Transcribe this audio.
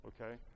okay